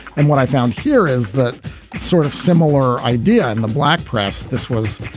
and what i found here is that sort of similar idea in the black press. this was,